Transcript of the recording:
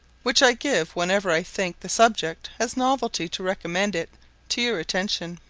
which i give whenever i think the subject has novelty to recommend it to your attention.